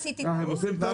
הם עושים טעות.